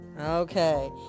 Okay